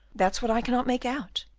that's what i cannot make out.